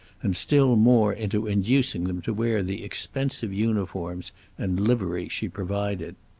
and still more into inducing them to wear the expensive uniforms and livery she provided.